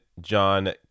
John